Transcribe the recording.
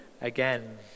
again